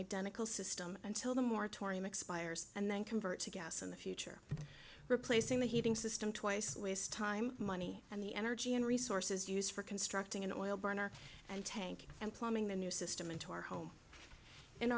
identical system until the moratorium expires and then convert to gas in the future replacing the heating system twice wastes time money and the energy and resources used for constructing an oil burner and tank and plumbing the new system into our home in